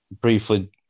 briefly